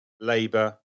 Labour